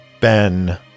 Ben